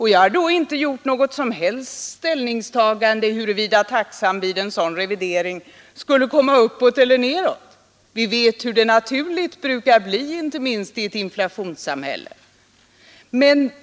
Jag har därmed inte gjort något som helst ställningstagande huruvida taxan vid en sådan revidering skulle gå uppåt eller neråt. Vi vet hur det brukar bli, inte minst i ett inflationssamhälle.